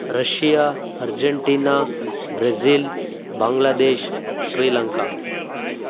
Russia Argentina Brazil Bangladesh Sri Lanka